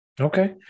Okay